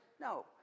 No